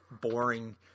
boring